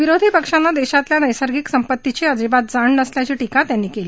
विरोधी पक्षांना देशातल्या नैसर्गिक संपत्तीची अजिबात जाण नसल्याची टीका त्यांनी केली